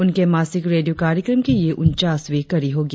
उनके मासिक रेडियो कार्यक्रम की ये उनचासवीं कड़ी होगी